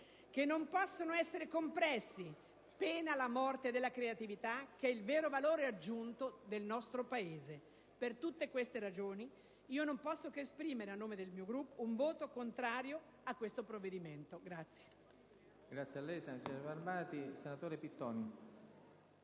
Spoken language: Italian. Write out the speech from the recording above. che non possono essere compressi, pena la morte della creatività, che è il vero valore aggiunto del nostro Paese. Per tutte queste ragioni, non posso che esprimere, a nome del mio Gruppo, un voto contrario al provvedimento in